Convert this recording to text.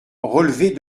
relever